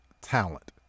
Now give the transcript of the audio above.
talent